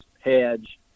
hedge